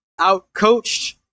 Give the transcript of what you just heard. outcoached